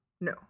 No